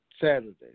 Saturday